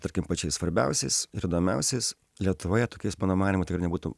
tarkim pačiais svarbiausiais ir įdomiausiais lietuvoje tokiais mano manymu tikrai nebūtų